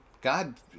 God